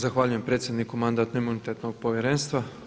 Zahvaljujem predsjedniku Mandatno-imunitetnog povjerenstva.